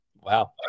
Wow